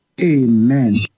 Amen